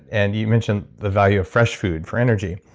and you mentioned the value of fresh food for energy.